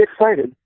excited